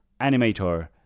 Animator